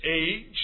age